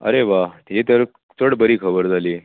अरे वा ही तर चड बरी खबर जाली